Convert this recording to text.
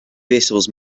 vessels